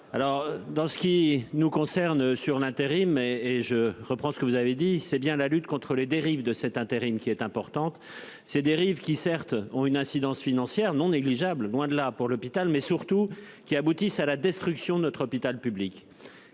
Alors dans ce qui nous concerne sur l'intérim et et je reprends ce que vous avez dit c'est bien la lutte contre les dérives de cet intérim qui est importante. Ces dérives qui certes ont une incidence financière non négligeable loin de là. Pour l'hôpital, mais surtout qui aboutissent à la destruction de notre hôpital public